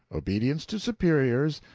obedience to superiors,